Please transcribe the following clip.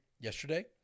yesterday